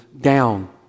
down